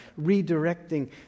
redirecting